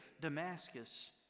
Damascus